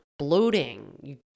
Bloating